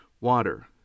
water